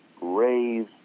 raise